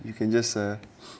you can just a